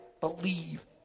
believe